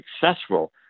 successful